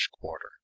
quarter